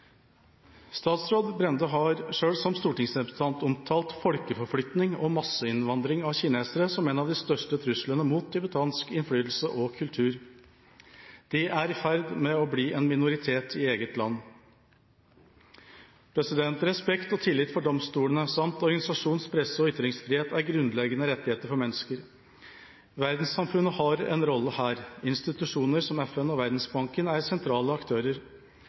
Statsråd Brende har selv, som stortingsrepresentant, omtalt folkeforflytning og masseinnvandring av kinesere som en av de største truslene mot tibetansk innflytelse og kultur. Tibetanerne er i ferd med å bli en minoritet i eget land. Respekt og tillit til domstolene samt organisasjons-, presse- og ytringsfrihet er grunnleggende rettigheter for mennesker. Verdenssamfunnet har en rolle her. Institusjoner som FN og Verdensbanken er sentrale aktører.